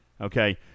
Okay